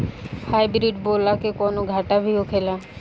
Hybrid बोला के कौनो घाटा भी होखेला?